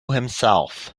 himself